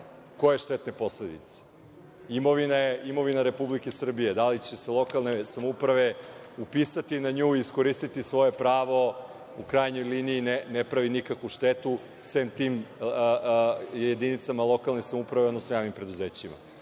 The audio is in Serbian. Koje štetne posledice? Imovina Republike Srbije, da li će se lokalne samouprave upisati na nju i iskoristiti svoje pravo? U krajnjoj liniji ne pravi nikakvu štetu, sem tim jedinicama lokalne samouprave, odnosno javnim preduzećima.